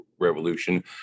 Revolution